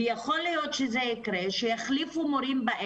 כלומר,